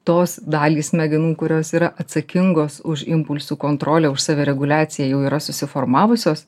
tos dalį smegenų kurios yra atsakingos už impulsų kontrolę už savireguliaciją jau yra susiformavusios